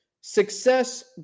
Success